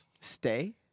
Stay